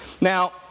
Now